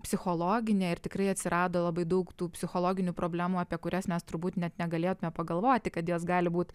psichologinė ir tikrai atsirado labai daug tų psichologinių problemų apie kurias mes turbūt net negalėtume pagalvoti kad jos gali būt